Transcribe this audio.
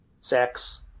sex